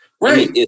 Right